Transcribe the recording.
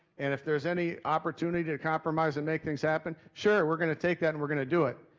and if there's any opportunity to compromise and make things happen, sure we're gonna take that and we're gonna do it.